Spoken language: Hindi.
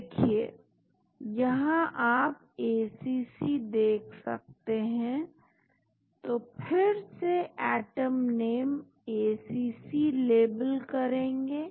देखिए यहां आप ACC देख सकते हैं तो फिर से एटम नेम ACC लेबल करेंगे